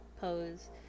pose